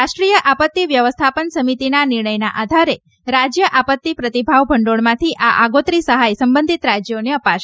રાષ્ટ્રીય આપત્તી વ્યવસ્થાપન સમિતિના નિર્ણયના આધારે રાજ્ય આપત્તી પ્રતિભાવ ભંડોળમાંથી આ આગોતરી સહાય સંબંધીત રાજ્યોને અપાશે